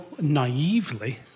naively